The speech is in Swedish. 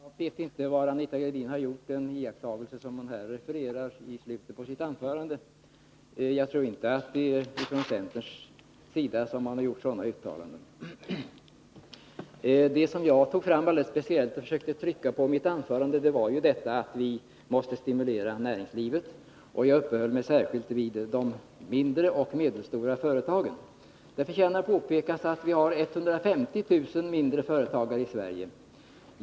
Herr talman! Jag vet inte var Anita Gradin gjort den iakttagelse som hon refererade i slutet av sitt anförande. Jag tror inte det är från centerns sida som man har gjort sådana uttalanden. Det som jag tog fram alldeles speciellt och försökte trycka på i mitt anförande var att vi måste stimulera näringslivet. Jag uppehöll mig särskilt vid de mindre och medelstora företagen. Det förtjänar påpekas att vi har 150 000 mindre företagare i Sverige.